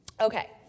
Okay